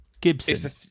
Gibson